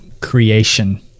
creation